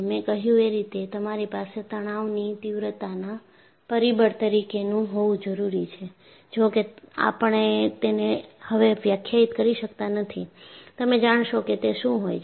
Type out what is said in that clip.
મેં કહ્યું એ રીતે તમારી પાસે તણાવની તીવ્રતાના પરિબળ તરીકે નું હોવું જરૂરી છે જો કે આપણે તેને હવે વ્યાખ્યાયિત કરી શકતા નથી તમે જાણશો કે તે શું હોય છે